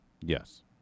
Yes